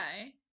Okay